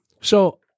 So-